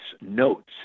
notes